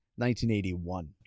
1981